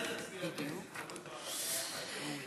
אנחנו לא נכעס אם תדברי פחות מעשר דקות.